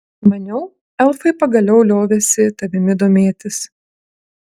maniau elfai pagaliau liovėsi tavimi domėtis